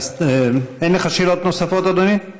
אין לך שאלות נוספות, אדוני?